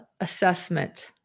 assessment